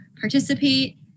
participate